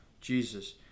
Jesus